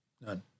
None